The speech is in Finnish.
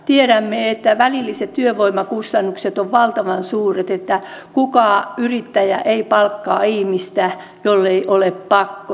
tiedämme että välilliset työvoimakustannukset ovat valtavan suuret että kukaan yrittäjä ei palkkaa ihmistä jollei ole pakko